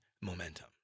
momentum